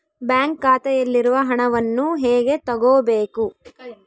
Bank ಖಾತೆಯಲ್ಲಿರುವ ಹಣವನ್ನು ಹೇಗೆ ತಗೋಬೇಕು?